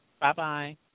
Bye-bye